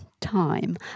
time